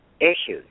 issues